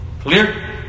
Clear